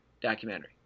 documentary